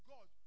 God